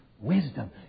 wisdom